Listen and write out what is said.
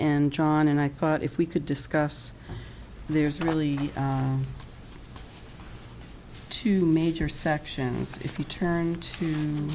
and john and i thought if we could discuss there's really two major sections if you turned